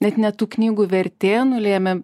net ne tų knygų vertė nulėmė